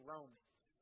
Romans